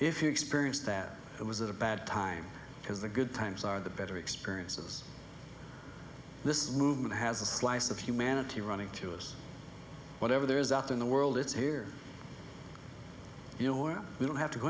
if you experienced that it was a bad time because the good times are the better experiences this movement has a slice of humanity running to us whatever there is out in the world it's here you know where we don't have to go